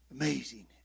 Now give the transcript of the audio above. Amazing